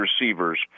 receivers